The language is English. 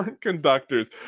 conductors